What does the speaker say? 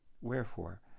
Wherefore